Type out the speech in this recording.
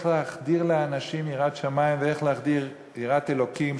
להחדיר באנשים יראת שמים ואיך להחדיר יראת אלוקים,